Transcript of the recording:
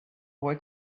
boy